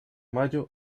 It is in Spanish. mayo